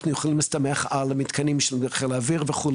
יכולים להסתמך על המתקנים של חיל האוויר וכו'.